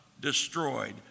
destroyed